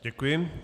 Děkuji.